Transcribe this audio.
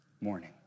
morning